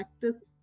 practice